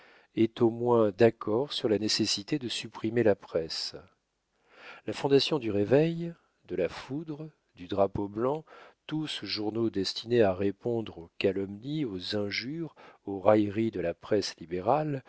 est au moins d'accord sur la nécessité de supprimer la presse la fondation du réveil de la foudre du drapeau blanc tous journaux destinés à répondre aux calomnies aux injures aux railleries de la presse libérale